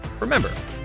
Remember